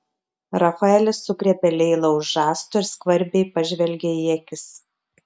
rafaelis sugriebė leilą už žastų ir skvarbiai pažvelgė į akis